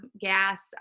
gas